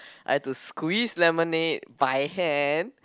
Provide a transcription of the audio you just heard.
I had to squeeze lemonade by hand